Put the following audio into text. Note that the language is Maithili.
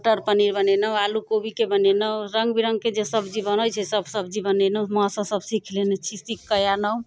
मटर पनीर बनेनहुँ आलू कोबीके बनेनहुँ रङ्ग बिरङ्गके जे सब्जी बनै छै सभ सब्जी बनेनहुँ माँसँ सभ सीख लेने छी सीख कऽ एनहुँ